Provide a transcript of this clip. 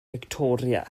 fictoria